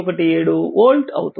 817 volt అవుతుంది